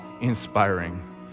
inspiring